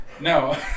no